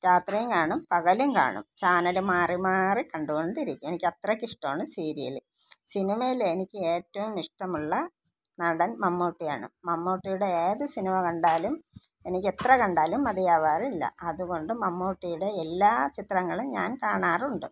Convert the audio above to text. രാത്രിയും കാണും പകലും കാണും ചാനൽ മാറി മാറി കണ്ടുകൊണ്ടിരിക്കും എനിക്കത്രയ്ക്ക് ഇഷ്ടമാണ് സീരിയൽ സിനിമയിൽ എനിക്കേറ്റവും ഇഷ്ടമുള്ള നടൻ മമ്മൂട്ടിയാണ് മമ്മൂട്ടിയുടെ ഏത് സിനിമ കണ്ടാലും എനിക്കെത്ര കണ്ടാലും മതിയാവാറില്ല അതുകൊണ്ട് മമ്മൂട്ടിയുടെ എല്ലാ ചിത്രങ്ങളും ഞാൻ കാണാറുണ്ട്